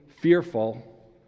fearful